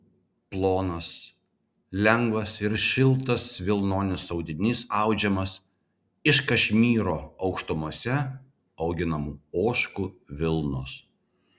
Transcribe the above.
plonas lengvas ir šiltas vilnonis audinys audžiamas iš kašmyro aukštumose auginamų ožkų vilnos